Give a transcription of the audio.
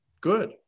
good